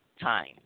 time